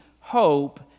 hope